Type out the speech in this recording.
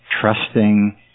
trusting